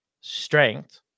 strength